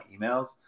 emails